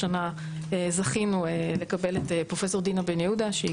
השנה זכינו לקבל את פרופ' דינה בן יהודה שהיא